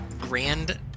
grand